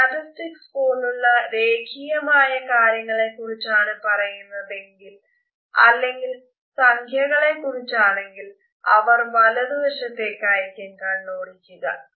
statistics പോലുള്ള രേഖീയമായ കാര്യങ്ങളെ കുറിച്ചാണ് പറയുന്നതെങ്കിൽ അല്ലെങ്കിൽ സംഖ്യകളെക്കുറിച്ചാണെങ്കിൽ അവർ വലതു വശത്തേക്കായിരിക്കും കണ്ണോടിക്കുക